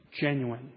genuine